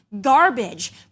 garbage